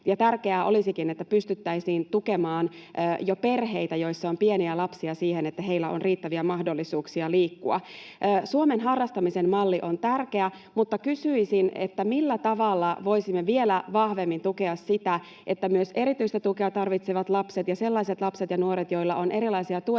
Tärkeää olisikin, että pystyttäisiin tukemaan jo perheitä, joissa on pieniä lapsia, siihen, että heillä on riittäviä mahdollisuuksia liikkua. Suomen harrastamisen malli on tärkeä, mutta kysyisin: millä tavalla voisimme vielä vahvemmin tukea sitä, että myös erityistä tukea tarvitsevat lapset ja sellaiset lapset ja nuoret, joilla on erilaisia tuen tarpeita,